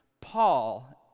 Paul